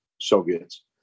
soviets